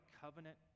covenant